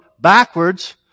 backwards